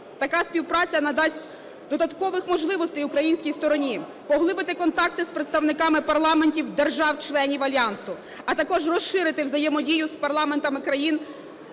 Така співпраця надасть додаткових можливостей українській стороні поглибити контакти з представниками парламентів держав-членів альянсу, а також розширити взаємодію з парламентами країн